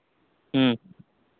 ᱦᱮᱸ